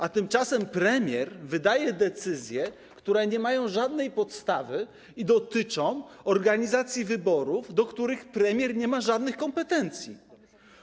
A tymczasem premier wydaje decyzje, które nie mają żadnej podstawy i dotyczą organizacji wyborów, do których premier nie ma żadnych kompetencji.